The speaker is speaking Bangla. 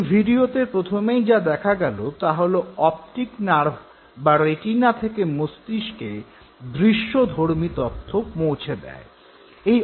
এই ভিডিওতে প্রথমেই যা দেখা গেল তা হল অপটিক নার্ভ যা রেটিনা থেকে মস্তিষ্কে দৃশ্যধর্মী তথ্য পৌঁছে দেয়